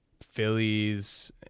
Phillies